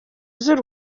z’u